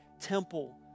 temple